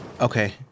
Okay